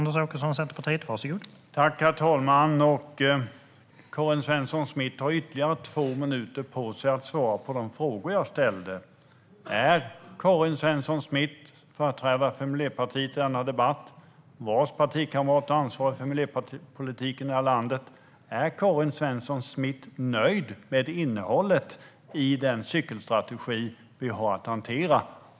Herr talman! Karin Svensson Smith har ytterligare två minuter på sig att svara på de frågor som jag ställde. Är Karin Svensson Smith, företrädare för Miljöpartiet i denna debatt och vars partikamrat är ansvarig för miljöpolitiken i landet, nöjd med innehållet i den cykelstrategi vi har att hantera?